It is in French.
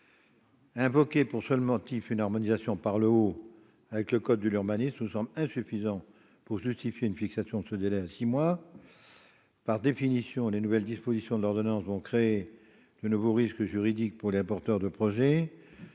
Invoquer pour seul motif une harmonisation par le haut avec le code de l'urbanisme nous semble insuffisant pour justifier la fixation de ce délai à six mois. Par définition, les dispositions de cette ordonnance vont créer de nouveaux risques juridiques pour les porteurs de projet.